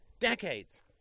decades